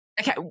Okay